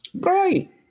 Great